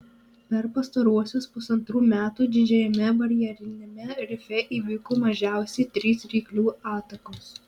per pastaruosius pusantrų metų didžiajame barjeriniame rife įvyko mažiausiai trys ryklių atakos